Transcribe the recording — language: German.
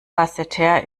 basseterre